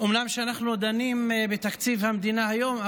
אומנם אנחנו דנים בתקציב המדינה היום,